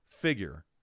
figure